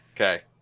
okay